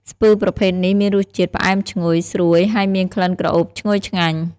ស្ពឺប្រភេទនេះមានរសជាតិផ្អែមឈ្ងុយ ស្រួយ ហើយមានក្លិនក្រអូបឈ្ងុយឆ្ងាញ់។